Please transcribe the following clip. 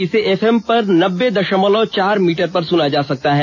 इसे F M पर नब्बे दशमलव चार मीटर पर सुना जा सकता है